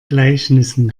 gleichnissen